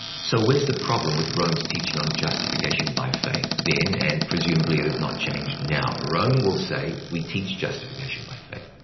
so where's the problem with rome's teaching on justification by faith, then, and presumably it is not changed now. rome will say, we teach justification by faith.